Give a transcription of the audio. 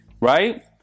right